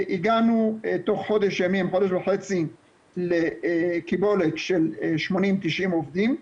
הגענו תוך חודש וחצי לקיבולת של 80-90 עובדים.